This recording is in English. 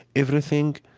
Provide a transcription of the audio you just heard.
everything.